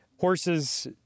Horses